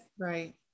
right